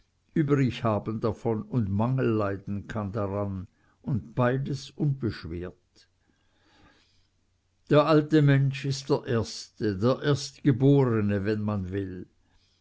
übrig haben davon und mangel leiden kann daran und beides unbeschwert der alte mensch ist der erste der erstgeborne wenn man will